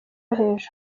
hejuru